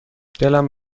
دلم